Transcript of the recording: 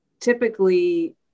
typically